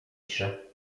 pisze